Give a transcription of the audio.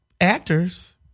actors